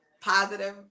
positive